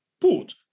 put